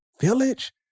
village